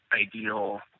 ideal